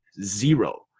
Zero